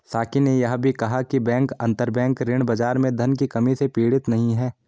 साकी ने यह भी कहा कि बैंक अंतरबैंक ऋण बाजार में धन की कमी से पीड़ित नहीं हैं